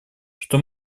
что